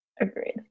Agreed